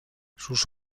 sus